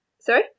Sorry